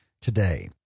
today